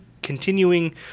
continuing